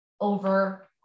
over